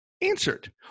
answered